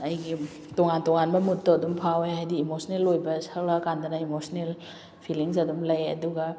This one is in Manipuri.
ꯑꯩꯒꯤ ꯇꯣꯉꯥꯟ ꯇꯣꯉꯥꯟꯕ ꯃꯨꯠꯇꯣ ꯑꯗꯨꯝ ꯐꯥꯎꯋꯦ ꯍꯥꯏꯗꯤ ꯏꯃꯣꯁꯟꯅꯦꯜ ꯑꯣꯏꯕ ꯁꯛꯂꯛꯄ ꯀꯥꯟꯗꯅ ꯏꯃꯣꯁꯅꯦꯜ ꯐꯤꯂꯤꯡꯁꯦ ꯑꯗꯨꯝ ꯂꯩ ꯑꯗꯨꯒ